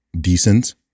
decent